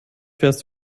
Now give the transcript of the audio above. fährst